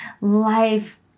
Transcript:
Life